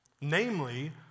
Namely